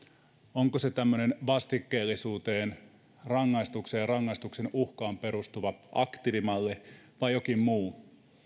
onko se tämmöinen vastikkeellisuuteen rangaistukseen ja rangaistuksen uhkaan perustuva aktiivimalli vai jokin muu